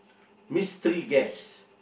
mystery guest